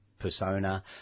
persona